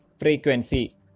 Frequency